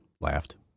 laughed